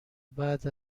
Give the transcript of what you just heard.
بعد